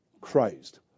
Christ